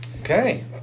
Okay